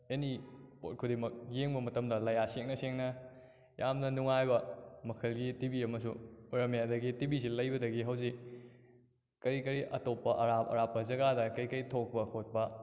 ꯑꯦꯅꯤ ꯄꯣꯠ ꯈꯨꯗꯤꯡꯃꯛ ꯌꯦꯡꯕ ꯃꯇꯝꯗ ꯂꯌꯥ ꯁꯦꯡꯅ ꯁꯦꯡꯅ ꯌꯥꯝꯅ ꯅꯨꯡꯉꯥꯏꯕ ꯃꯈꯜꯒꯤ ꯇꯤ ꯕꯤ ꯑꯃꯁꯨ ꯑꯣꯏꯔꯝꯃꯦ ꯑꯗꯨꯗꯒꯤ ꯇꯤ ꯕꯤ ꯑꯁꯤ ꯂꯩꯕꯗꯒꯤ ꯍꯧꯖꯤꯛ ꯀꯔꯤ ꯀꯔꯤ ꯑꯇꯣꯞꯄ ꯑꯔꯥꯞ ꯑꯔꯥꯞꯄ ꯖꯥꯒꯗ ꯀꯔꯤ ꯀꯔꯤ ꯊꯣꯛꯄ ꯈꯣꯠꯄ